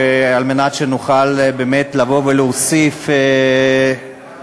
על מנת שנוכל באמת לבוא ולהוסיף מדברינו